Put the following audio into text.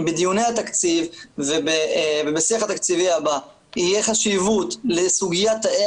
אם בדיוני התקציב ובשיח התקציבי הבא תהיה חשיבות לסוגיית תאי